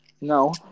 no